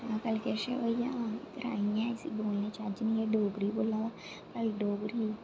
अजकल किश होई जा एह् ग्रांई एह् इसी बोलने दा चज्ज नेईं ऐ एह् डोगरी बोल्ला दा डोगरी